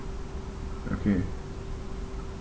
okay